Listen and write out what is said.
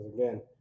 again